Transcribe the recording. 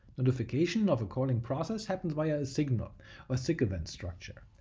notification of a calling process happens via a signal or sigevent structure,